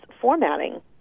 formatting